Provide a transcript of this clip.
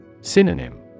Synonym